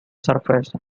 surface